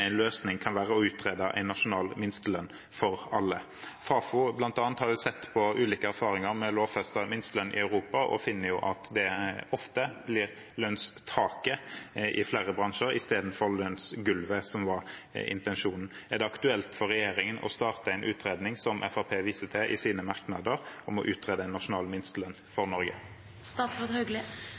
en løsning kan være å utrede en nasjonal minstelønn for alle. Fafo, bl.a., har sett på ulike erfaringer med lovfestet minstelønn i Europa og finner at det ofte blir lønnstaket i flere bransjer, istedenfor lønnsgulvet, som var intensjonen. Er det aktuelt for regjeringen å utrede en nasjonal minstelønn for Norge, som Fremskrittspartiet viste til i sine merknader? Min oppgave er å